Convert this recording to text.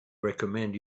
recommend